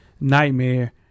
nightmare